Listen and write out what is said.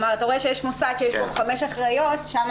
אתה רואה מוסד שיש בו חמש אחראיות ושם,